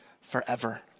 forever